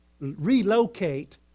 relocate